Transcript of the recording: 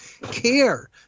care